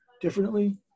differently